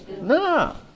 No